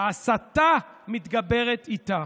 ההסתה מתגברת איתו